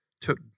took